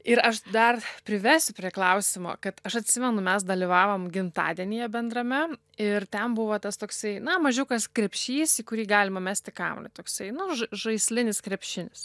ir aš dar privesiu prie klausimo kad aš atsimenu mes dalyvavom gimtadienyje bendrame ir ten buvo tas toksai na mažiukas krepšys į kurį galima mesti kamuolį toksai nu žai žaislinis krepšinis